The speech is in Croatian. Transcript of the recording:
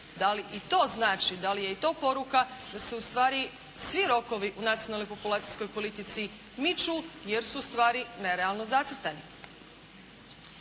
Da li i to znači, da li je i to poruka da se ustvari svi rokovi u Nacionalnoj populacijskoj politici miču jer su stvari nerealno zacrtane?